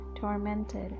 tormented